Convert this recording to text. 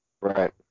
right